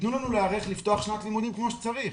יתנו לנו להיערך ולפתוח שנת לימודים כמו שצריך.